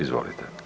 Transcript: Izvolite.